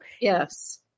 Yes